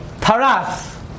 Taras